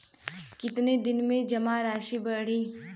कितना दिन में जमा राशि बढ़ी?